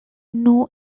know